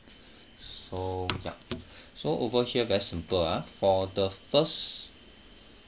so ya so over here very simple ah for the first